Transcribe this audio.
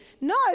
No